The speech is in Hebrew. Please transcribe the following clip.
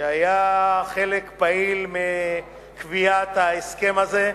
שהיה לו חלק פעיל בקביעת ההסכם הזה,